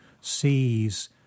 sees